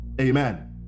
amen